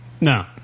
No